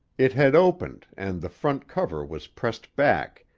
it had opened, and the front cover was pressed back,